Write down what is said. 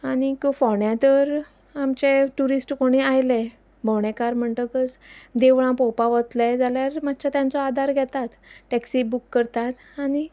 आनी फोण्या तर आमचे ट्युरिस्ट कोणी आयले भोवणेकार म्हणटकच देवळां पळोवपाक वतले जाल्यार मातशें तांचो आदार घेतात टॅक्सी बूक करतात आनी